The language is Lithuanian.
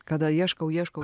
kada ieškau ieškau